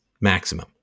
maximum